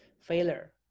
failure